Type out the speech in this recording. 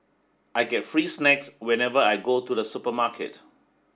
I get free snacks whenever I go to the supermarket